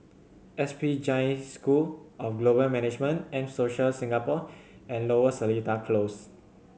S P Jain School of Global Management M Social Singapore and Lower Seletar Close